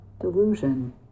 delusion